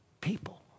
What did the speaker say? People